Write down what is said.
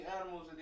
animals